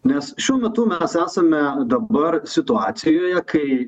nes šiuo metu mes esame dabar situacijoje kai